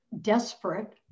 desperate